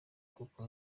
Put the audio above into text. kuko